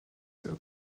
que